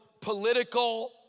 political